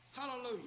Hallelujah